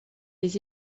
les